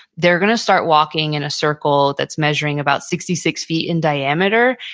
they're going to start walking in a circle that's measuring about sixty six feet in diameter.